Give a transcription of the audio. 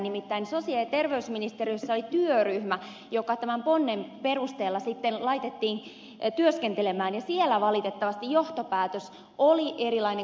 nimittäin sosiaali ja terveysministeriössä oli työryhmä joka tämän ponnen perusteella sitten laitettiin työskentelemään ja siellä valitettavasti johtopäätös oli erilainen